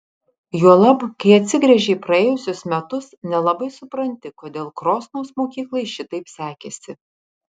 juolab kai atsigręži į praėjusius metus nelabai supranti kodėl krosnos mokyklai šitaip sekėsi